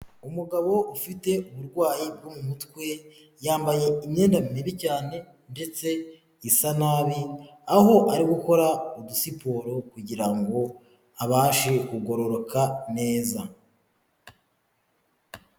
Umugabo ufite uburwayi bwo mu mutwe, yambaye imyenda mibi cyane ndetse isa nabi, aho ari gukora udusiporo, kugira ngo abashe kugororoka neza.